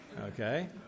Okay